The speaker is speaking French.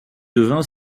devint